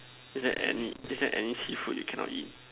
is there any is there any seafood you cannot eat